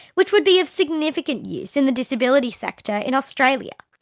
which would be of significant use in the disability sector in australia.